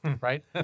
Right